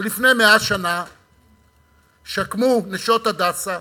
ולפני 100 שנה קמו "נשות הדסה"